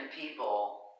people